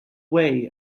way